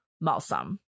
Malsum